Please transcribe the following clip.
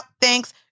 Thanks